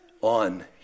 on